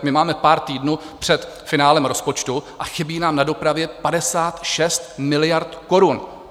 My máme pár týdnů před finále rozpočtu a chybí nám na dopravě 56 miliard korun.